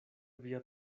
via